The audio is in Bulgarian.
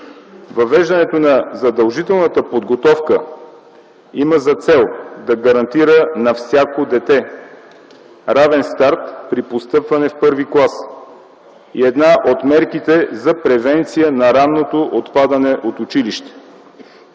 Въвеждането на задължителната подготовка има за цел да гарантира на всяко дете равен старт при постъпване в първи клас и е една от мерките за превенция на ранното отпадане от училище.